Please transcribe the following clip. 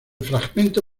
fragmento